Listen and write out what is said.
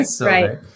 Right